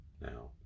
now